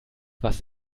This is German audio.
was